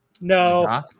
No